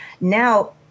Now